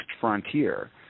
frontier